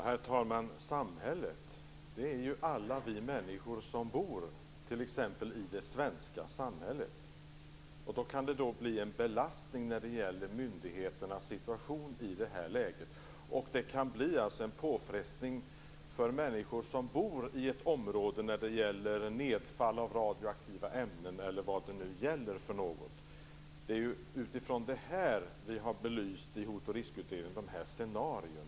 Herr talman! Det svenska samhället är ju alla vi människor som bor här. Det kan bli en belastning för myndigheterna i det här läget. Det kan alltså bli en påfrestning för människor som bor i ett område när det gäller nedfall av radioaktiva ämnen eller när det gäller något annat. Det är utifrån detta som vi i Hotoch riskutredningen har belyst dessa scenarion.